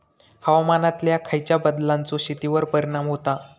हवामानातल्या खयच्या बदलांचो शेतीवर परिणाम होता?